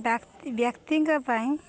ବ୍ୟକ୍ତି ବ୍ୟକ୍ତିଙ୍କ ପାଇଁ